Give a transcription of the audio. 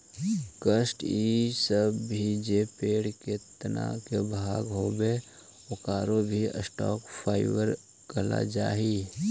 काष्ठ इ सब भी जे पेड़ के तना के भाग होवऽ, ओकरो भी स्टॉक फाइवर कहल जा हई